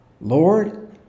Lord